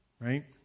right